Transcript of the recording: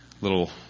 little